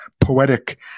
poetic